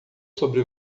sobre